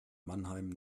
mannheim